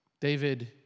David